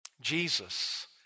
Jesus